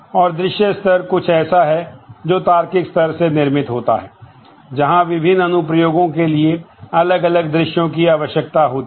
और दृश्य स्तर कुछ ऐसा है जो तार्किक स्तर से निर्मित होता है जहां विभिन्न अनुप्रयोगों के लिए अलग अलग दृश्यो की आवश्यकता होती है